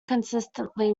consistently